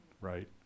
right